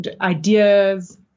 ideas